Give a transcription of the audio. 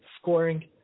scoring